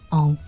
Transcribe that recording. on